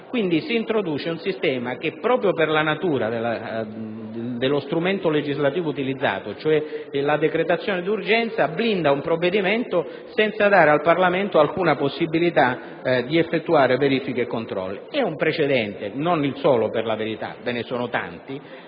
quindi, un sistema che, proprio per la natura dello strumento legislativo utilizzato - cioè la decretazione d'urgenza - blinda un provvedimento, senza dare al Parlamento alcuna possibilità di effettuare verifiche e controlli. È un precedente - non il solo, per la verità, perché ve ne sono tanti